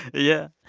yeah.